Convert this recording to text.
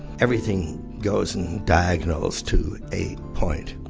everything goes in diagonals to a point.